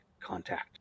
contact